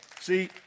See